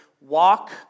walk